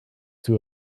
two